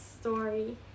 story